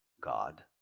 God